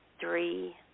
three